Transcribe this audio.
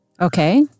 Okay